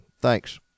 Thanks